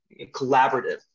collaborative